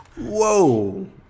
Whoa